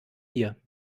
hier